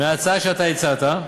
מההצעה שאתה הצעת.